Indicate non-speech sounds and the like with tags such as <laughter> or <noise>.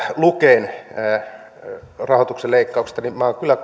luken rahoituksen leikkauksesta niin minä kyllä <unintelligible>